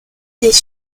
des